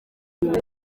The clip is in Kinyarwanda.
ati